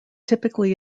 typically